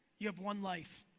you have one life.